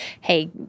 hey